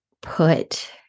put